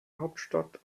hauptstadt